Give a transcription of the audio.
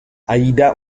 aida